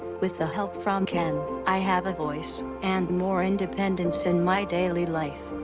with the help from ken, i have a voice, and more independence in my daily life.